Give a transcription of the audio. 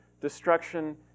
destruction